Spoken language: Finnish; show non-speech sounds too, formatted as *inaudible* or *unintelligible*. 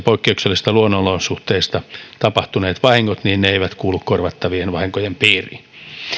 *unintelligible* poikkeuksellisista luonnonolosuhteista tapahtuneet vahingot eivät kuulu korvattavien vahinkojen piiriin